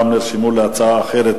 נרשמו להצעה אחרת,